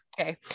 okay